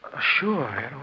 Sure